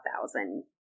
thousand